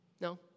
No